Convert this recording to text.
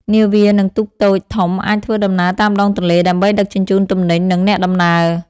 នាវា និងទូកតូចធំអាចធ្វើដំណើរតាមដងទន្លេ ដើម្បីដឹកជញ្ជូនទំនិញ និងអ្នកដំណើរ។